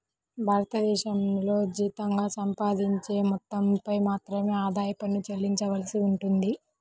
భారతదేశంలో జీతంగా సంపాదించే మొత్తంపై మాత్రమే ఆదాయ పన్ను చెల్లించవలసి ఉంటుంది